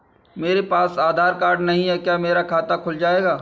मेरे पास आधार कार्ड नहीं है क्या मेरा खाता खुल जाएगा?